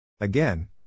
Again